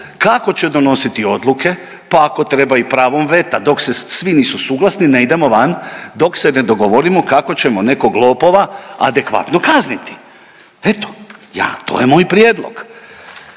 kako će donositi odluke, pa ako treba i pravom veta dok svi nisu suglasni ne idemo van dok se ne dogovorimo kako ćemo nekog lopova adekvatno kazniti. Eto to je moj prijedlog.